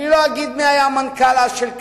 אני לא אגיד מי היה אז מנכ"ל "כלל",